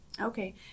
Okay